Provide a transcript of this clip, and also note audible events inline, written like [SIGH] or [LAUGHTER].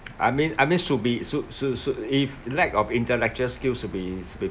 [NOISE] I mean I mean should be su~ su~ su~ if lack of intellectual skill should be should be